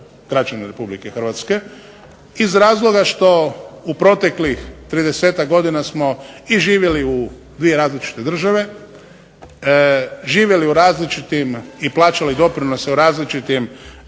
iz razloga što u proteklih 30-tak godina smo i živjeli u dvije različite države, živjeli u različitim i plaćali doprinose u različitom